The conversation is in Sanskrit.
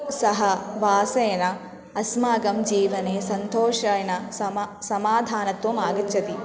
सहवासेन अस्माकं जीवने सन्तोषेण समं समाधानत्वम् आगच्छति